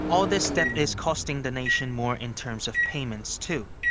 all this debt is costing the nation more in terms of payments, too.